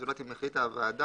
זולת אם החליטה הוועדה,